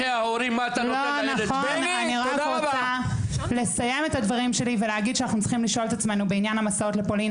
נכון שהיום לא מצליחים את כורש,